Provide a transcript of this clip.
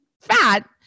fat